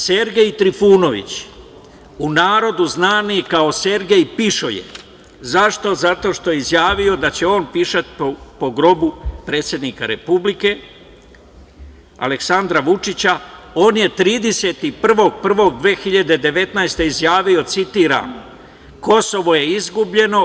Sergej Trifunović, u narodu znani kao „Sergej pišoje“, zašto, zato što je izjavio da će on pišati po grobu predsednika Republike Aleksandra Vučića, on je 31.01.2019. godine izjavio, citiram: „Kosovo je izgubljeno.